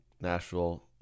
Nashville